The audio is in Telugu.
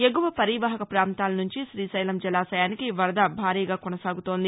ఎగువ పరీవాహక ప్రాంతాలనుంచి శ్రీశైలం జలాశయానికి వరదభారీగా కొనసాగుతోంది